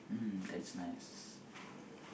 mmhmm that's nice